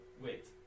wait